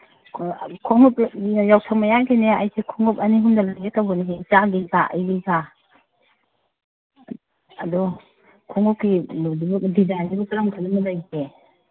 ꯌꯥꯎꯁꯪ ꯃꯌꯥꯒꯤꯅꯦ ꯑꯩꯁꯦ ꯈꯣꯡꯎꯞ ꯑꯅꯤꯍꯨꯝꯗ ꯂꯩꯒꯦ ꯇꯧꯕꯅꯦ ꯏꯆꯥꯒꯤꯒ ꯑꯩꯒꯤꯒ ꯑꯗꯣ ꯈꯣꯡꯎꯞꯀꯤ ꯀꯩꯅꯣꯗꯨꯕꯨ ꯗꯤꯖꯥꯏꯟꯁꯤꯕꯣ ꯀꯔꯝ ꯀꯔꯝꯕ ꯂꯩꯒꯦ